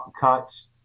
cuts